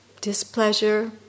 displeasure